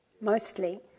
mostly